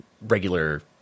regular